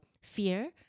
fear